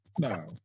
No